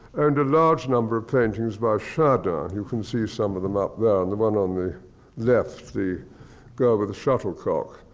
and a large number of paintings by chardin, you can see some of them up there, and the one on the left, the girl with the shuttlecock,